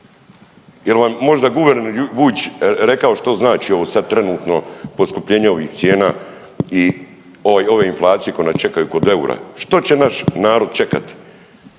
jer vam možda guverner Vujčić rekao što znači ovo sad trenutno poskupljenje ovih cijena i ove inflacije koje nas čekaju kod eura? Što će naš narod čekati?